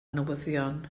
newyddion